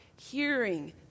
hearing